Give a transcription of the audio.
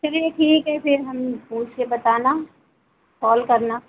चलिए ठीक है फिर हम पूछ कर बताना कॉल करना